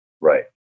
Right